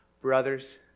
Brothers